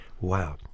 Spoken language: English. wow